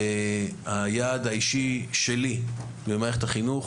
היעד האישי שלי במערכת החינוך